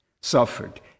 suffered